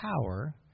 power